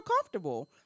comfortable